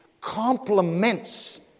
complements